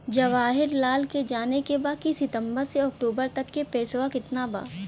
जवाहिर लाल के जाने के बा की सितंबर से अक्टूबर तक के पेसवा कितना बा?